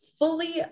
fully